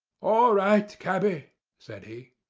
all right, cabby said he.